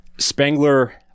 spangler